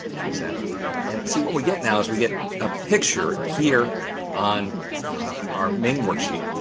choose that and see, what we get now is, we get a picture here on our main worksheet.